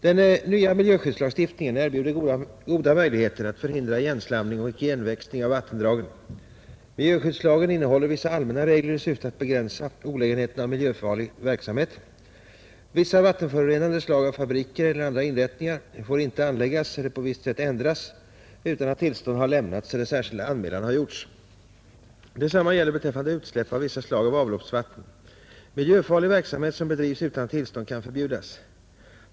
Den nya miljöskyddslagstiftningen erbjuder goda möjligheter att förhindra igenslamning och igenväxning av vattendragen. Miljöskyddslagen innehåller vissa allmänna regler i syfte att begränsa olägenheterna av miljöfarlig verksamhet. Vissa vattenförorenande slag av fabriker eller andra inrättningar får inte anläggas eller på visst sätt ändras utan att tillstånd har lämnats eller särskild anmälan har gjorts. Detsamma gäller beträffande utsläpp av vissa slag av avloppsvatten. Miljöfarlig verksamhet som bedrivs utan tillstånd kan förbjudas.